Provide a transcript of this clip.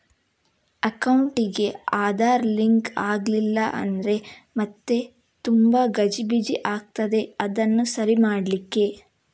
ಅಕೌಂಟಿಗೆ ಆಧಾರ್ ಲಿಂಕ್ ಆಗ್ಲಿಲ್ಲ ಅಂದ್ರೆ ಮತ್ತೆ ತುಂಬಾ ಗಜಿಬಿಜಿ ಆಗ್ತದೆ ಅದನ್ನು ಸರಿ ಮಾಡ್ಲಿಕ್ಕೆ